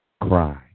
cry